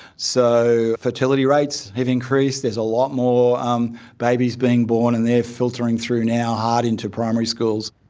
so fertility rates have increased, there's a lot more um babies being born and they're filtering through now hard into primary schools.